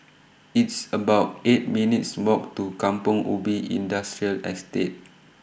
It's about eight minutes' Walk to Kampong Ubi Industrial Estate